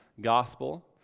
gospel